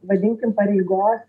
vadinkim pareigos